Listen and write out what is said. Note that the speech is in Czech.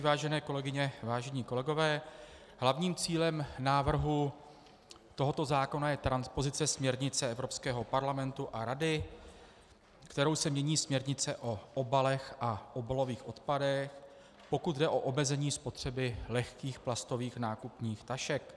Vážené kolegyně, vážení kolegové, hlavním cílem návrhu tohoto zákona je transpozice směrnice Evropského parlamentu a Rady, kterou se mění směrnice o obalech a obalových odpadech, pokud jde o omezení spotřeby lehkých plastových nákupních tašek.